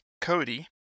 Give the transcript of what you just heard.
Cody